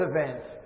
events